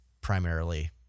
primarily